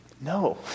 No